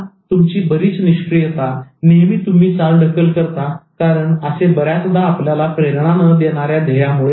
तुमची बरीच निष्क्रियता नेहमी तुम्ही चालढकल करता कारण असे बऱ्याचदा आपल्याला प्रेरणा न देणाऱ्या ध्येया मुळे होते